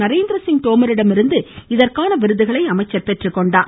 நரேந்திரசிங் தோமரிடமிருந்து இதற்கான விருதுகளை அமைச்சர் பெற்றுக்கொண்டார்